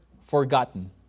forgotten